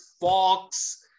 fox